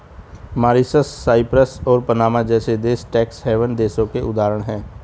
Mauritius, Cyprus और Panama जैसे देश टैक्स हैवन देशों के उदाहरण है